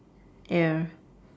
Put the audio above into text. air